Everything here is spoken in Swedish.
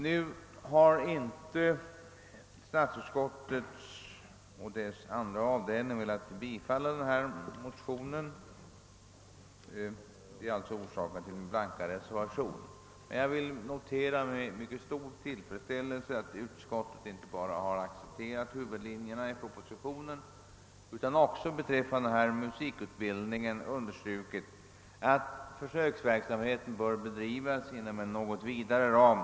Nu har inte statsutskottet och dess andra avdelning velat bifalla den här motionen, och det är orsaken till min blanka reservation. Jag noterar dock med stor tillfredsställelse att utskottet inte bara har accepterat huvudlinjerna i propositionen utan också beträffande musikutbildningen understrukit att försöksverksamheten bör bedrivas inom en något vidare ram.